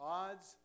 odds